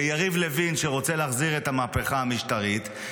ויריב לוין שרוצה להחזיר את המהפכה המשטרית,